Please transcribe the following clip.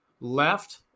left